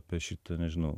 tai šito nežinau